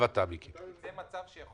היועצת המשפטית אמרה,